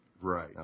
Right